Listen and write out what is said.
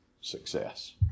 success